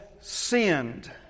sinned